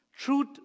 Truth